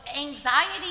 anxiety